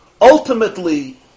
ultimately